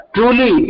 Truly